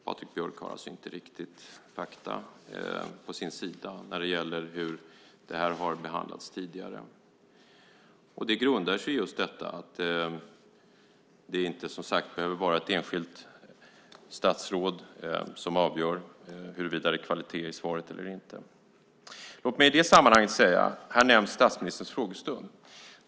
Patrik Björck har alltså inte riktigt fakta på sin sida när det gäller hur det här har behandlats tidigare. Det grundar sig i just detta att det inte behöver vara ett enskilt statsråd som är avgörande för huruvida det är kvalitet i svaret eller inte. Här nämns statsministerns frågestund.